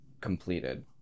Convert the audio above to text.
completed